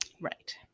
Right